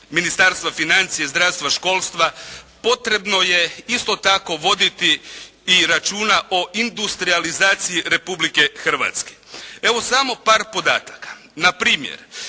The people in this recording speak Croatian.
Ministarstva financije, zdravstva, školstva potrebno je isto tako voditi i računa o industrijalizaciji Republike Hrvatske. Evo samo par podataka. Na primjer